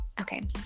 Okay